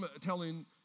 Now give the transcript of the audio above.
telling